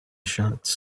shots